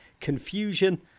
confusion